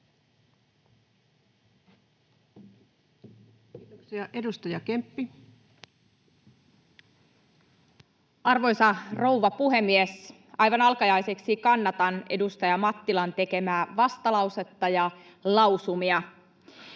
Time: 17:37 Content: Arvoisa rouva puhemies! Aivan alkajaisiksi kannatan edustaja Mattilan tekemiä vastalausetta ja lausumia.